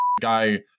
guy